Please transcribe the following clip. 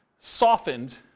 softened